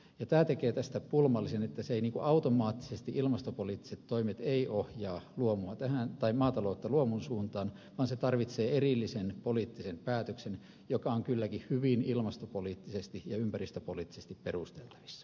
tämä tekee tästä pulmallisen että automaattisesti ilmastopoliittiset toimet eivät ohjaa maataloutta luomun suuntaan vaan se tarvitsee erillisen poliittisen päätöksen joka on kylläkin hyvin ilmastopoliittisesti ja ympäristöpoliittisesti perusteltavissa